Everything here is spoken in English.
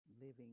living